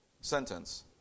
sentence